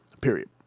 Period